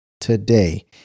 today